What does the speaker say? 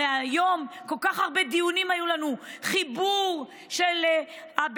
הרי היום היו לנו כל כך הרבה דיונים: חיבור של הבדואים